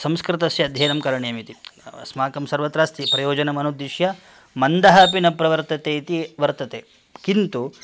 संस्कृतस्य अध्ययनं करणीयम् इति अस्माकं सर्वत्र अस्ति प्रयोजनमनुद्दिष्य मन्दः अपि न प्रवर्तते इति वर्तते किन्तु